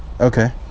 Okay